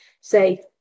say